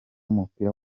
w’umupira